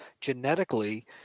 genetically